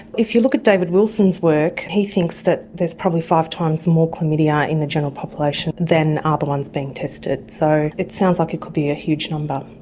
if you look at david wilson's work, he thinks that there's probably five times more chlamydia in the general population than are the ones being tested, so it sounds like it could be a huge number.